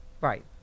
Right